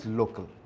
local